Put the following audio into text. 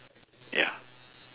ya